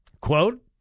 Quote